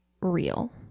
real